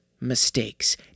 mistakes